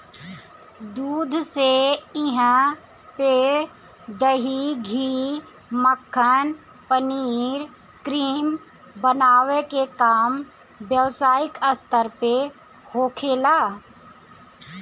दूध से इहा पे दही, घी, मक्खन, पनीर, क्रीम बनावे के काम व्यवसायिक स्तर पे होखेला